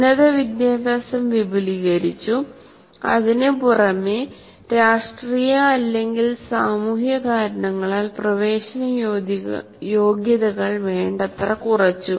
ഉന്നത വിദ്യാഭ്യാസം വിപുലീകരിച്ചു അതിനുപുറമെ രാഷ്ട്രീയ അല്ലെങ്കിൽ സാമൂഹിക കാരണങ്ങളാൽ പ്രവേശനയോഗ്യതകൾ വേണ്ടത്ര കുറച്ചു